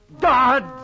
God